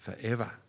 forever